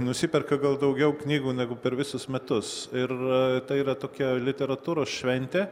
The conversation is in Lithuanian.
nusiperka gal daugiau knygų negu per visus metus ir tai yra tokia literatūros šventė